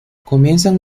comienzan